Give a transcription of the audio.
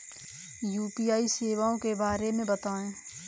UPI सेवाओं के बारे में बताएँ?